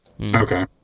Okay